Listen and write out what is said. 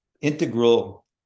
integral